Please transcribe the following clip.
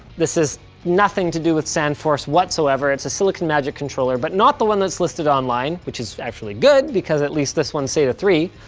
this is nothing to do with sandforce whatsoever. it's a silicon magic controller, but not the one that's listed online, which is actually good because at least this one's sata three,